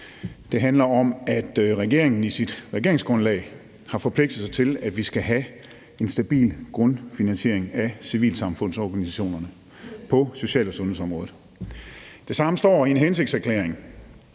Det handler om, at regeringen i sit regeringsgrundlag har forpligtet sig til, at vi skal have en stabil grundfinansiering af civilsamfundsorganisationerne på social- og sundhedsområdet. Det samme står i en hensigtserklæring